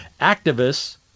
activists